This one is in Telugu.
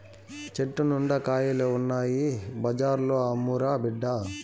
చెట్టు నిండా కాయలు ఉన్నాయి బజార్లో అమ్మురా బిడ్డా